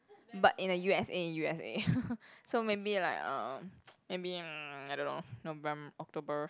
but in the U_S_A U_S_A so maybe like um maybe I don't know Novem~ October